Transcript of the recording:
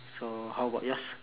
so how about yours